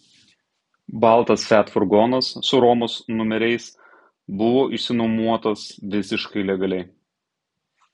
baltas fiat furgonas su romos numeriais buvo išsinuomotas visiškai legaliai